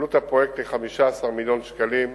עלות הפרויקט: כ-15 מיליון שקלים.